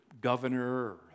governor